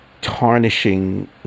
tarnishing